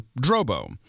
Drobo